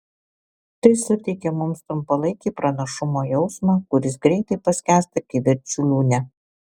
tai suteikia mums trumpalaikį pranašumo jausmą kuris greitai paskęsta kivirčų liūne